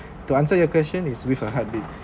to answer your question is with a heartbeat